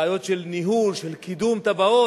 בעיות של ניהול, של קידום תב"עות.